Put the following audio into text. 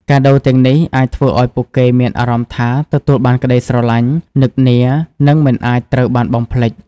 កាដូទាំងនេះអាចធ្វើឲ្យពួកគេមានអារម្មណ៍ថាទទួលបានស្រឡាញ់ នឹកនា និងមិនត្រូវបានបំភ្លេច។